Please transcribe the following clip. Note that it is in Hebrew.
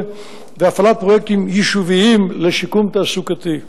והפעלת פרויקטים יישוביים לשיקום תעסוקתי.